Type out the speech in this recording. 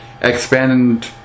expand